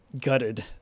gutted